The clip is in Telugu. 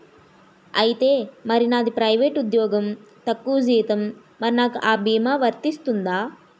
ఐతే మరి నాది ప్రైవేట్ ఉద్యోగం తక్కువ జీతం మరి నాకు అ భీమా వర్తిస్తుందా?